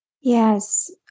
Yes